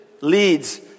leads